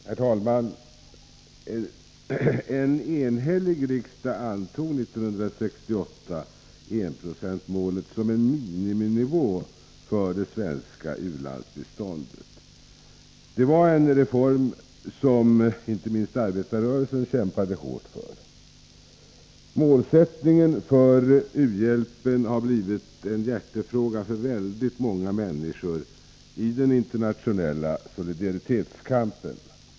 Herr talman! En enhällig riksdag antog 1968 enprocentsmålet som en miniminivå för det svenska u-landsbiståndet. Detta var en reform som inte minst arbetarrörelsen kämpade hårt för. Målsättningen för u-hjälpen blev en hjärtefråga för väldigt många människor i den internationella solidaritetskampen.